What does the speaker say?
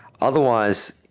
otherwise